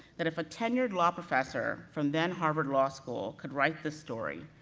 that if a tenured law professor from then harvard law school, could right this story,